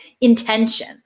intention